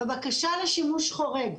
בבקשה לשימוש חורג,